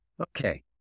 Okay